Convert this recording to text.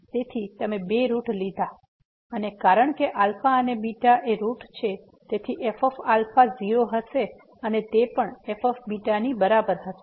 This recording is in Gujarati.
તેથી તમે બે રૂટ લીધા છે અને કારણ કે આ આલ્ફા અને બીટા રૂટ છે તેથી f α 0 હશે અને તે પણ f β ની બરાબર હશે